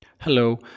Hello